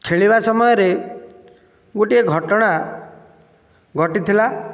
ଖେଳିବା ସମୟରେ ଗୋଟିଏ ଘଟଣା ଘଟିଥିଲା